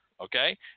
Okay